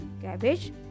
Cabbage